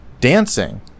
dancing